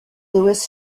louis